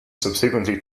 subsequently